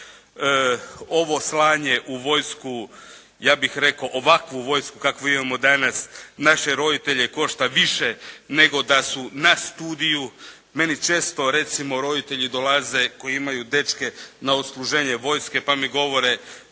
Ovo slanje u vojsku ja bih rekao ovakvu vojsku kakvu imamo danas naše roditelje košta više nego da su na studiju. Meni često recimo roditelji dolaze koji imaju dečke na odsluženju vojske, pa mi govore